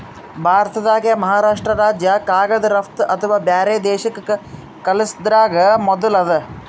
ಭಾರತ್ದಾಗೆ ಮಹಾರಾಷ್ರ್ಟ ರಾಜ್ಯ ಕಾಗದ್ ರಫ್ತು ಅಥವಾ ಬ್ಯಾರೆ ದೇಶಕ್ಕ್ ಕಲ್ಸದ್ರಾಗ್ ಮೊದುಲ್ ಅದ